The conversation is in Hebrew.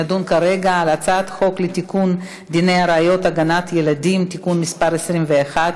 נדון כרגע בהצעת חוק לתיקון דיני הראיות (הגנת ילדים) (תיקון מס' 21)